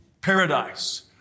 paradise